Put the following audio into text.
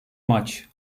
maç